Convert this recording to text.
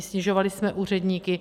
Snižovali jsme úředníky.